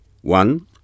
One